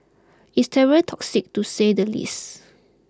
it's terribly toxic to say the least